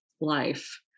life